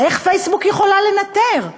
איך פייסבוק יכולה לנטר?